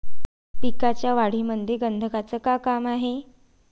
पिकाच्या वाढीमंदी गंधकाचं का काम हाये?